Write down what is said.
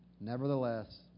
Nevertheless